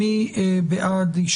מי בעד?